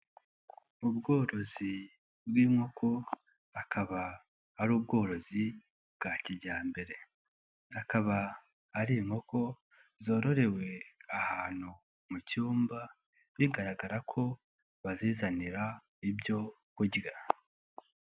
Ni ubworozi bw'inkoko, Akaba ari ubworozi bwa kijyambere. Akaba ari inkoko zororewe ahantu mu cyumba bigaragara ko bazizanira ibyo kurya.